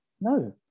no